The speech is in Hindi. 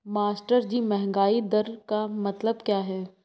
मास्टरजी महंगाई दर का मतलब क्या है?